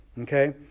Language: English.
okay